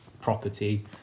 property